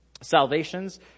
salvations